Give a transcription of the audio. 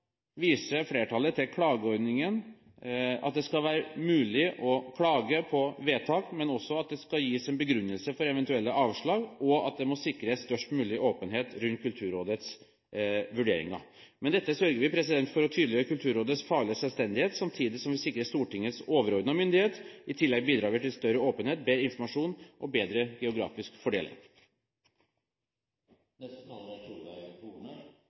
skal være mulig å klage på vedtak, men også at det skal gis en begrunnelse for eventuelle avslag, og at det må sikres størst mulig åpenhet rundt Kulturrådets vurderinger. Med dette sørger vi for å tydeliggjøre Kulturrådets faglige selvstendighet, samtidig som vi sikrer Stortingets overordnede myndighet. I tillegg bidrar vi til større åpenhet, bedre informasjon og bedre geografisk fordeling. Det kommer nok ikke som en overraskelse at Fremskrittspartiet ikke støtter denne saken. Det er